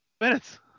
minutes